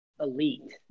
elite